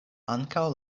ankaŭ